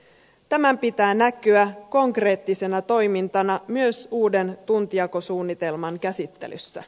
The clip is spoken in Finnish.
tämän pitää näkyä konkreettisena toimintana myös uuden tuntijakosuunnitelman käsittelyssä